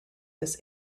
this